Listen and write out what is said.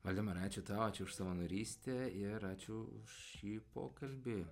valdemaru ačiū tau ačiū už savanorystę ir ačiū už šį pokalbį